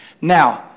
Now